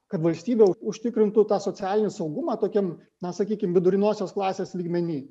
kad valstybė užtikrintų tą socialinį saugumą tokiam na sakykime viduriniosios klasės lygmeny